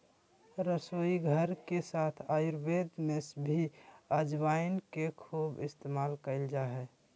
रसोईघर के साथ आयुर्वेद में भी अजवाइन के खूब इस्तेमाल कइल जा हइ